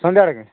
ସନ୍ଧ୍ୟାବେଳେ କେ